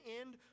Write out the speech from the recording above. end